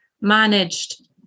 managed